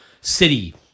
city